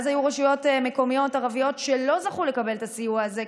ואז היו רשויות מקומיות ערביות שלא זכו לקבל את הסיוע הזה,